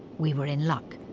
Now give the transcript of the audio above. we were in luck.